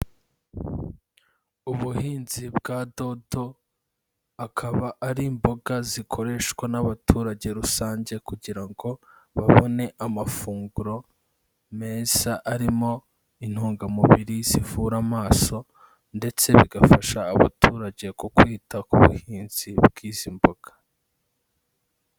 Ubuhinzi bwa dodo, akaba ari imboga zikoreshwa n'abaturage rusange kugira ngo babone amafunguro meza arimo intungamubiri zivura amaso, ndetse bigafasha abaturage ku kwita ku buhinzi bw'izi mboga.